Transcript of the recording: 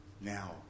Now